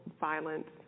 violence